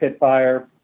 Pitfire